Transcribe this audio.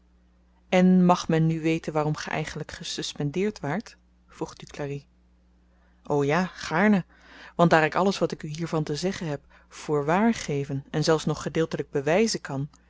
en mag men nu weten waarom ge eigenlyk gesuspendeerd waart vroeg duclari o ja gaarne want daar ik alles wat ik u hiervan te zeggen heb voor wààr geven en zelfs nog gedeeltelyk bewyzen kan